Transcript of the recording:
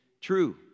true